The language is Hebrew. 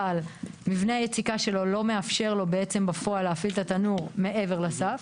אבל מבנה היציקה שלו לא מאפשר לו בעצם בפועל להפעיל את התנור מעבר לסף,